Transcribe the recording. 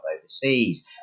overseas